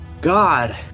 God